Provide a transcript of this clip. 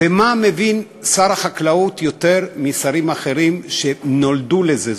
ומה מבין שר החקלאות יותר משרים אחרים שנולדו לזה?